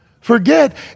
forget